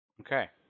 okay